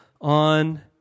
on